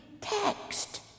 text